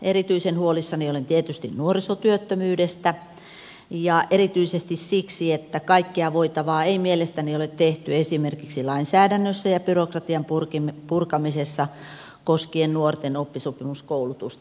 erityisen huolissani olen tietysti nuorisotyöttömyydestä ja erityisesti siksi että kaikkea voitavaa ei mielestäni ole tehty esimerkiksi lainsäädännössä ja byrokratian purkamisessa koskien nuorten oppisopimuskoulutusta